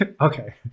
okay